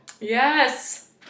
Yes